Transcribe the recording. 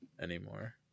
anymore